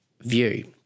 view